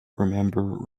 remember